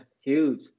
huge